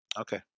Okay